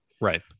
Right